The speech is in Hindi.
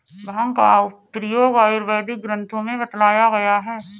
भाँग का प्रयोग आयुर्वेदिक ग्रन्थों में बतलाया गया है